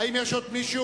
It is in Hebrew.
האם יש עוד מישהו?